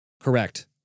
Correct